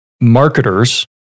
marketers